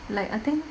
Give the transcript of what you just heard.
like I think